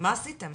מה עשיתם?